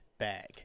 bag